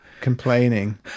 complaining